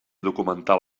documental